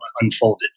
unfolded